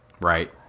Right